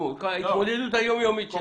ההתמודדות היום יומית.